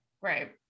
Right